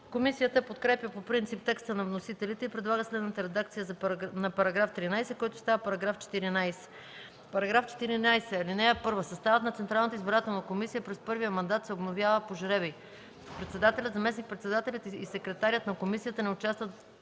Комисията подкрепя по принцип текста на вносителите и предлага следната редакция на § 13, който става § 14: „§ 14. (1) Съставът на Централната избирателна комисия през първия мандат се обновява по жребий. Председателят, заместник- председателите и секретарят на комисията не участват